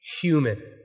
human